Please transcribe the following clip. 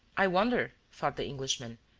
i wonder, thought the englishman,